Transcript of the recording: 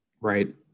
right